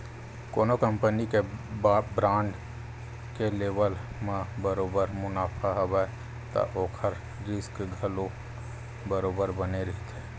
कोनो कंपनी के बांड के लेवब म बरोबर मुनाफा हवय त ओखर रिस्क घलो बरोबर बने रहिथे